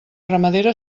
ramadera